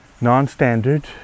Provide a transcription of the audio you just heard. non-standard